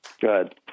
Good